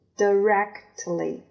directly